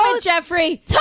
Jeffrey